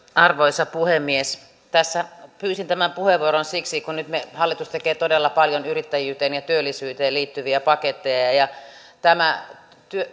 arvoisa puhemies pyysin tämän puheenvuoron siksi kun nyt hallitus tekee todella paljon yrittäjyyteen ja työllisyyteen liittyviä paketteja ja ja